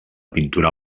pintura